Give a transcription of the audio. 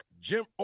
Jim